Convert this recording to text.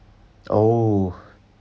oh